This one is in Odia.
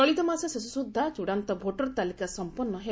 ଚଳିତ ମାସ ଶେଷ ସୁଦ୍ଧା ଚୂଡ଼ାନ୍ତ ଭୋଟର ତାଲିକା ସମ୍ପନ୍ନ ହେବ